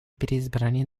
переизбрание